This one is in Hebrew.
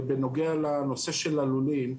ובנוגע לנושא של הלולים,